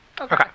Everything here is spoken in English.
Okay